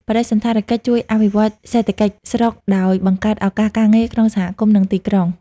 បដិសណ្ឋារកិច្ចជួយអភិវឌ្ឍសេដ្ឋកិច្ចស្រុកដោយបង្កើតឱកាសការងារក្នុងសហគមន៍ និងទីក្រុង។